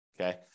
Okay